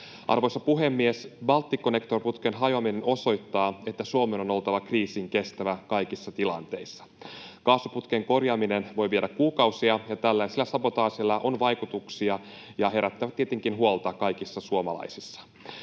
Arvoisa puhemies! Balticconnector-putken hajoaminen osoittaa, että Suomen on oltava kriisinkestävä kaikissa tilanteissa. Kaasuputken korjaaminen voi viedä kuukausia, ja tällaisilla sabotaaseilla on vaikutuksia, ja ne herättävät tietenkin huolta kaikissa suomalaisissa.